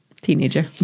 Teenager